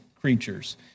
creatures